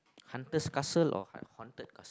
hunter's castle or haunted castle